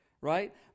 right